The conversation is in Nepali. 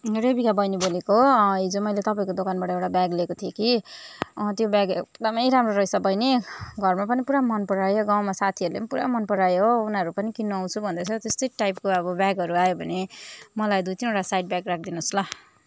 रेबिका बहिनी बोलेको हो हिजो मैले तपाईँको दोकानबाट एउटा ब्याग लिएको थिएँ कि त्यो ब्याग एकदमै राम्रो रहेछ बहिनी घरमा पनि पुरा मन परायो गाउँमा साथीहरूले पनि पुरा मन परायो हो उनीहरू पनि किन्नु आउँछु भन्दैछ त्यस्तै टाइपको अब ब्यागहरू आयो भने मलाई दुई तिनवटा साइड ब्याग राखिदिनुहोस् ल